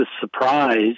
surprise